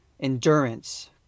Endurance